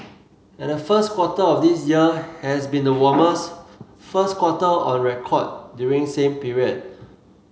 and the first quarter of this year has been the warmest first quarter on record during same period